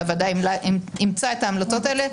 והוועדה אימצה את ההמלצות האלה,